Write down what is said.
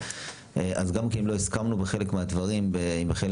אז גם אם לא הסכמנו בחלק מהדברים ועם חלק